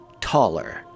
taller